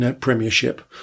premiership